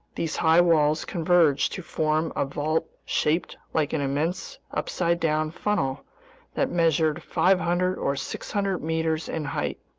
these high walls converged to form a vault shaped like an immense upside-down funnel that measured five hundred or six hundred meters in height.